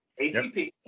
ACP